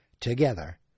together